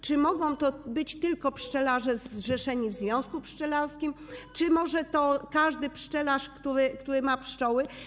Czy mogą to być tylko pszczelarze zrzeszeni w związku pszczelarskim, czy może to być każdy pszczelarz, który ma pszczoły?